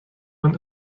man